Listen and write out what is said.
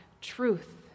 truth